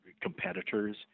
competitors